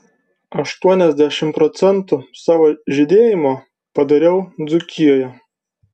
aštuoniasdešimt procentų savo žydėjimo padariau dzūkijoje